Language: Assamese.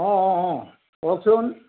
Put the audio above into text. অঁ অঁ অঁ কওকচোন